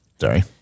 Sorry